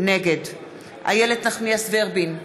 נגד איילת נחמיאס ורבין,